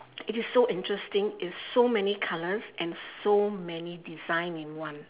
it is so interesting it's so many colours and so many design in one